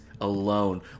alone